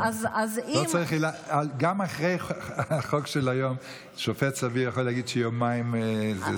גם אחרי החוק של היום שופט סביר יכול להגיד שיומיים זה סביר.